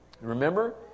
Remember